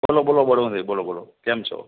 બોલો બોલો બોલો બોલો બોલો કેમ છો